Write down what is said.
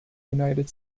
united